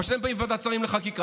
אבל כשאתם באים לוועדת שרים לחקיקה,